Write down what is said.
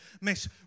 Miss